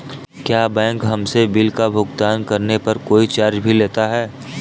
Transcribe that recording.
क्या बैंक हमसे बिल का भुगतान करने पर कोई चार्ज भी लेता है?